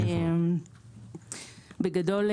בגדול,